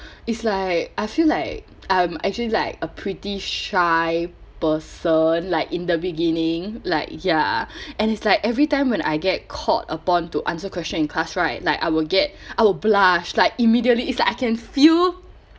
is like I feel like I'm actually like a pretty shy person like in the beginning like ya and it's like every time when I get caught upon to answer question in class right like I will get I will blush like immediately is like I can feel